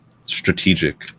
strategic